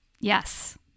yes